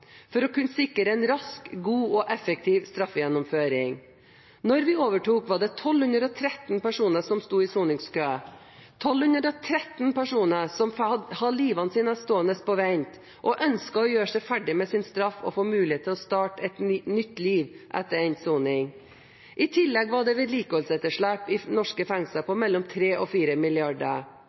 for å kunne sikre en rask, god og effektiv straffegjennomføring. Da vi overtok, var det 1 213 personer som sto i soningskø – 1 213 personer som hadde livet sitt stående på vent og ønsket å gjøre seg ferdig med sin straff og få mulighet til å starte et nytt liv etter endt soning. I tillegg var det et vedlikeholdsetterslep i norske fengsler på mellom 3 mrd. kr og